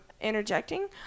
interjecting